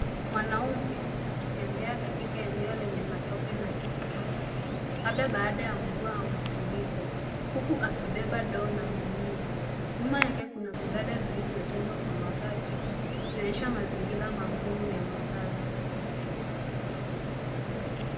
Mwanamme akitembea katika eneo lenye matope na takataka labda baada ya mvua na mafuriko huku akibeba ndoo na gunia. Nyuma yake kuna vibanda vilivyo jengwa kwa mabati ikionyesha mazingira magumu ya makazi.